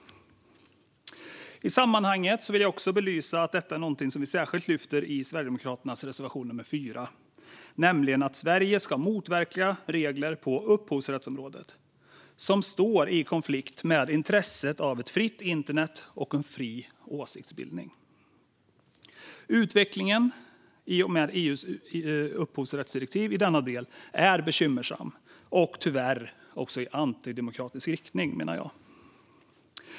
I sammanhanget vill jag belysa att just detta är något som vi i Sverigedemokraterna särskilt lyfter fram i reservation 4, nämligen att Sverige ska motverka regler på upphovsrättsområdet som står i konflikt med intresset av ett fritt internet och en fri åsiktsbildning. Utvecklingen i och med EU:s upphovsrättsdirektiv i denna del är bekymmersam och går tyvärr, menar jag, i antidemokratisk riktning.